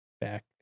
back